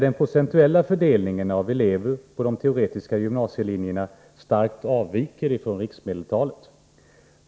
Den procentuella fördelningen av elever avviker i Lund starkt från riksmedeltalet.